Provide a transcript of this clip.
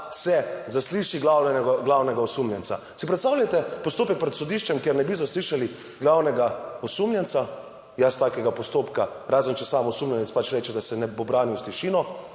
se zasliši glavnega osumljenca. Si predstavljate postopek pred sodiščem, kjer ne bi zaslišali glavnega osumljenca? Jaz takega postopka, razen če sam osumljenec pač reče, da se bo branil s tišino,